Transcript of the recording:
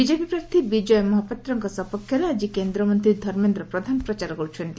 BJP ପ୍ରାର୍ଥୀ ବିଜୟ ମହାପାତ୍ରଙ୍କ ସପକ୍ଷରେ ଆକି କେନ୍ଦ୍ରମନ୍ତୀ ଧର୍ମେନ୍ଦ୍ର ପ୍ରଧାନ ପ୍ରଚାର କରୁଛନ୍ତି